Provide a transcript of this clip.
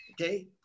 Okay